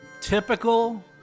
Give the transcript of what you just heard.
typical